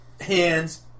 Hands